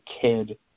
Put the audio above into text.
kid